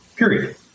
Period